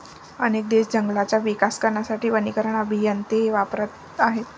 अनेक देश जंगलांचा विकास करण्यासाठी वनीकरण अभियंते वापरत आहेत